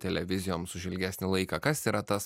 televizijoms už ilgesnį laiką kas yra tas